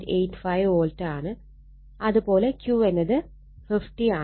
85 വോൾട്ടാണ് അത് പോലെ Q എന്നത് 50 ആണ്